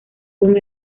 con